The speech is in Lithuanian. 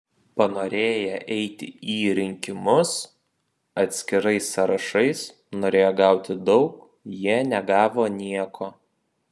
panorėję eiti į rinkimus atskirais sąrašais norėję gauti daug jie negavo nieko